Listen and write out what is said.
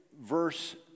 verse